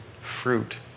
fruit